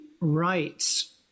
rights